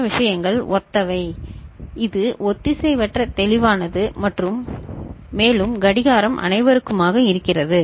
மற்ற விஷயங்கள் ஒத்தவை இது ஒத்திசைவற்ற தெளிவானது மற்றும் மேலும் கடிகாரம் அனைவருக்குமாக இருக்கிறது